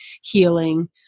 healing